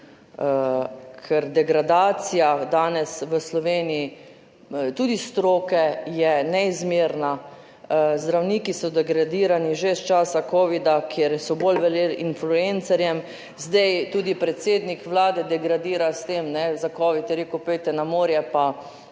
ker degradacija danes v Sloveniji, tudi stroke, je neizmerna. Zdravniki so degradirani že iz časa covida, kjer so bolj verjeli influencerjem, zdaj tudi predsednik vlade degradira s tem za covid, je rekel, pojdite na morje, pa